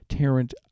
Tarrant